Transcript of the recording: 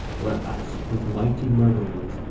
where usk, with mighty murmurings,